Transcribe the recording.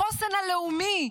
בחוסן הלאומי,